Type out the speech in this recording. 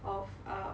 of um